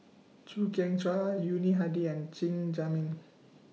Chew Kheng Chuan Yuni Hadi and Chen Zhiming